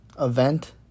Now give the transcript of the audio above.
event